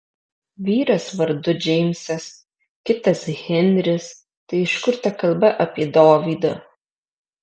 vyras vardu džeimsas kitas henris tai iš kur ta kalba apie dovydą